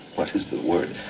what is the word